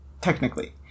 technically